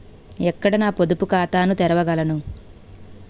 ఎక్కడ నా పొదుపు ఖాతాను తెరవగలను?